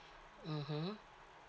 mmhmm